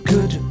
Good